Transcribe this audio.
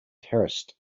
terraced